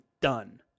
done